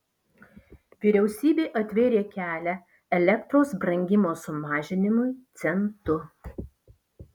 vyriausybė atvėrė kelią elektros brangimo sumažinimui centu